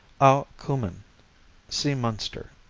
au cumin see munster.